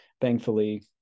Thankfully